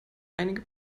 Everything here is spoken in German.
einige